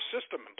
system